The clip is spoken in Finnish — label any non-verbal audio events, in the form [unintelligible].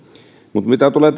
mutta mitä tulee [unintelligible]